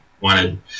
wanted